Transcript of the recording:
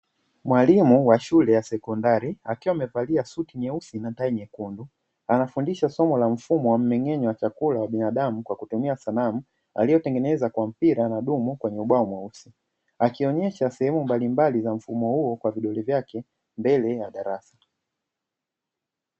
Mwalimu wa shule ya sekondari akiwa amevalia suti nyeusi na tai nyekundu, akiwa anafundisha somo la mmeng'enyo wa chakula wa binadamu kwa kutumia sanamu. Aliotengeneza kwa mpira na dumu kwenye ubao mweusi. Akionyesha sehemu mbalimbali za mfumo huo kwa vidole vyake mbele ya darasa.